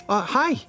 Hi